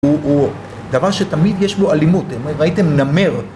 הוא דבר שתמיד יש בו אלימות, ראיתם נמר